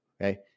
okay